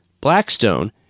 Blackstone